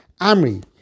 Amri